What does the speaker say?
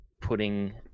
putting